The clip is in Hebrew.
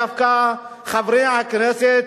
דווקא חברי הכנסת,